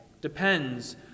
depends